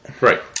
right